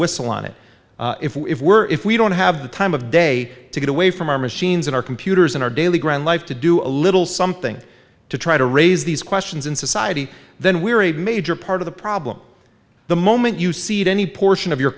whistle on it if if were if we don't have the time of day to get away from our machines in our computers in our daily grand life to do a little something to try to raise these questions in society then we are a major part of the problem the moment you see it any portion of your